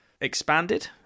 expanded